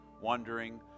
wondering